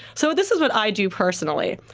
so this is what i do personally.